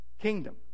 Kingdom